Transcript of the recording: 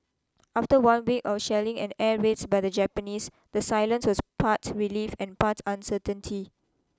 after one week of shelling and air raids by the Japanese the silence was part relief and part uncertainty